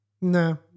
No